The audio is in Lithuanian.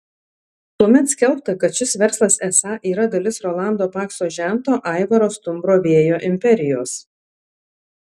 tuomet skelbta kad šis verslas esą yra dalis rolando pakso žento aivaro stumbro vėjo imperijos